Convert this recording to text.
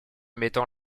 mettant